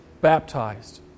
baptized